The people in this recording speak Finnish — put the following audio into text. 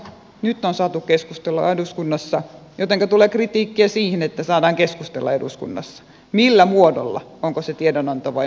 nyt on saatu keskustella eduskunnassa jotenka tulee kritiikkiä siitä että saadaan keskustella eduskunnassa millä muodolla onko se tiedonanto vai onko se pääministerin ilmoitus